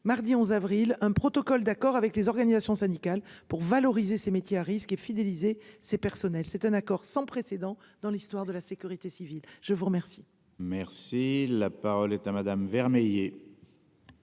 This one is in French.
mardi 11 avril, un protocole d'accord avec les organisations syndicales pour valoriser ses métiers à risques et fidéliser ces personnels. C'est un accord sans précédent dans l'histoire de la sécurité civile, je vous remercie. Merci la parole est à madame Vermeillet.